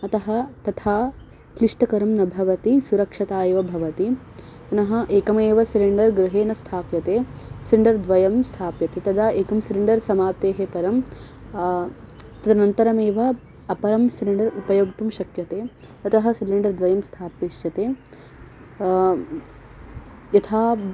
अतः तथा क्लिष्टकरं न भवति सुरक्षता एव भवति पुनः एकमेव सिलिण्डर् गृहे न स्थाप्यते सिलण्डर् द्वयं स्थाप्यते तदा एकं सिलिण्डर् समाप्तेः परं तदनन्तरमेव अपरं सिलिण्डर् उपयोक्तुं शक्यते अतः सिलिण्डर् द्वयं स्थापयिष्यते यथा